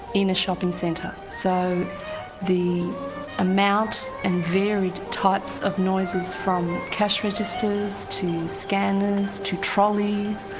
in a shopping centre so the amounts and varied types of noises from cash registers to scanners to trolleys,